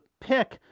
pick